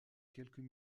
quelques